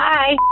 Bye